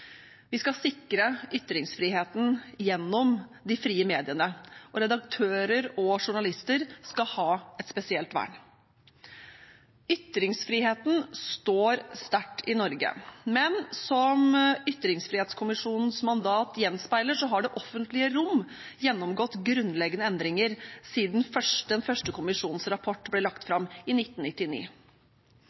Vi skal sikre ytringsfriheten gjennom de frie mediene, og redaktører og journalister skal ha et spesielt vern. Ytringsfriheten står sterkt i Norge, men som ytringsfrihetskommisjonens mandat gjenspeiler, har det offentlige rom gjennomgått grunnleggende endringer siden den første kommisjonens rapport ble lagt fram i 1999.